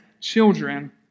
children